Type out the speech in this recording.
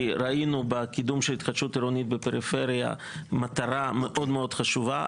כי ראינו בקידום של התחדשות עירונית בפריפריה מטרה מאוד מאוד חשובה.